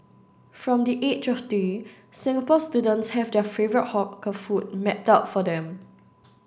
from the age of three Singapore students have their favourite hawker food mapped out for them